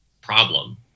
problem